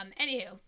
anywho